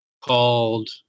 called